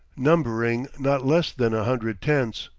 numbering not less than a hundred tents.